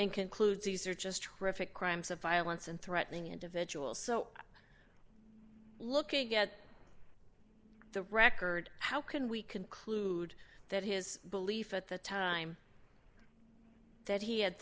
concludes these are just traffic crimes of violence and threatening individuals so looking at the record how can we conclude that his belief at the time that he had